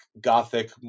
gothic